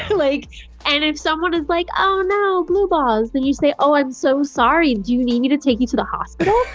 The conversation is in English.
like and if someone is like, oh, now blue balls, then you say, oh, i'm so sorry. do you need me to take you to the hospital?